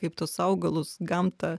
kaip tuos augalus gamtą